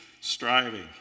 striving